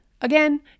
Again